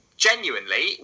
Genuinely